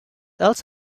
else